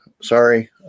sorry